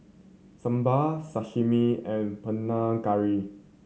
Sambar Sashimi and Panang Curry